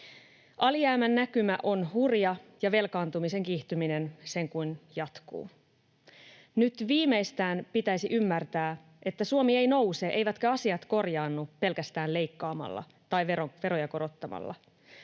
Alijäämän näkymä on hurja, ja velkaantumisen kiihtyminen sen kuin jatkuu. Nyt viimeistään pitäisi ymmärtää, että Suomi ei nouse eivätkä asiat korjaannu pelkästään leikkaamalla tai veroja korottamalla.